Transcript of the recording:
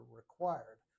required